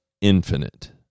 infinite